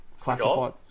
classified